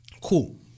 Cool